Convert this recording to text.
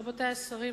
רבותי השרים,